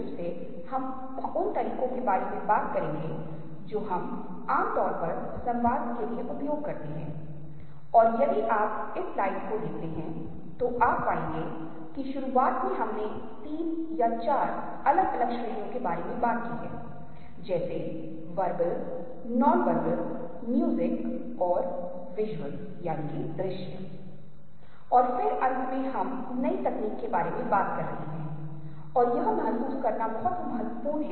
खैर हम इसके बारे में वैज्ञानिक सिद्धांतों में नहीं जाएंगे लेकिन हम जिस पर ध्यान केंद्रित करने जा रहे हैं वह एक तथ्य है कि बहुत ही बुनियादी स्तर पर हमारे पास संवेदनाएं हैं हमारे पास 5 ज्ञानेंद्री अंग हैं और वे हमें विभिन्न प्रकार के संकेत भेजने का प्रबंधन करते हैं और फिर व्याख्या आती है